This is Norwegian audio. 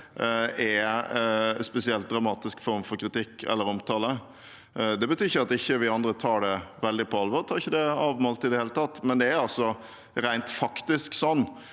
er en spesielt dramatisk form for kritikk eller omtale. Det betyr ikke at vi andre ikke tar det veldig på alvor. Vi tar det ikke